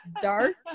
dark